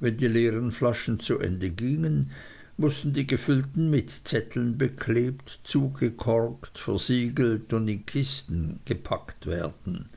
wenn die leeren flaschen zu ende gingen mußten die gefüllten mit zetteln beklebt zugekorkt versiegelt und in kisten gepackt werden